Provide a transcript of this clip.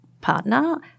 partner